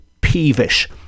peevish